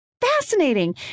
Fascinating